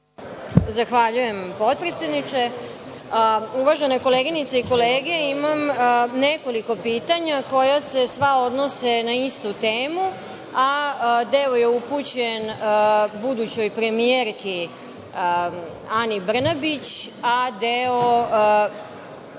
Zahvaljujem, potpredsedniče. Uvažene koleginice i kolege, imam nekoliko pitanja koja se sva odnose na istu temu, deo je upućen budućoj premijerki Ani Brnabić, a deo